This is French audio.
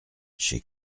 chez